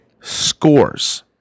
scores